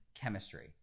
chemistry